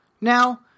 Now